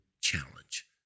challenge